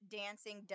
dancing